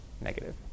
negative